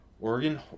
Oregon